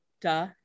duh